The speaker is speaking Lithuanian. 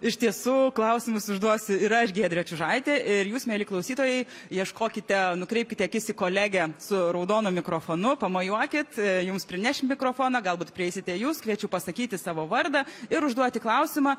iš tiesų klausimus užduosiu ir aš giedrė čiužaitė ir jūs mieli klausytojai ieškokite nukreipkite akis į kolegę su raudonu mikrofonu pamojuokit jums prineš mikrofoną galbūt prieisite jus kviečiu pasakyti savo vardą ir užduoti klausimą